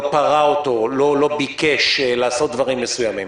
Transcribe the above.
לא פרע אותו, לא ביקש לעשות דברים מסוימים.